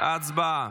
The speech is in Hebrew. הצבעה.